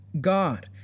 God